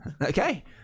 Okay